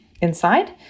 inside